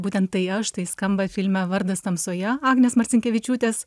būtent tai aš tai skamba filme vardas tamsoje agnės marcinkevičiūtės